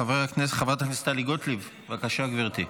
חברת הכנסת טלי גוטליב, בבקשה, גברתי.